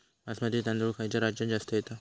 बासमती तांदूळ खयच्या राज्यात जास्त येता?